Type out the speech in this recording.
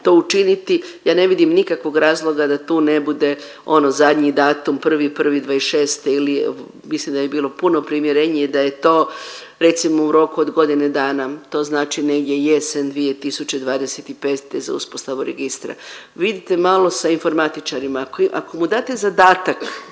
to učiniti. Ja ne vidim nikakvog razloga da to ne bude ono zadnji datum 1.01.'26. ili mislim da bi bilo puno primjerenije da je to recimo u roku od godine dana to znači negdje jesen 2025. za uspostavu registra. Vidite malo sa informatičarima. Ako mu date zadatak